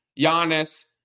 Giannis